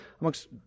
amongst